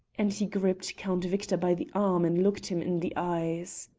and he gripped count victor by the arm and looked him in the eyes.